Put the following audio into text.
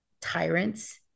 tyrants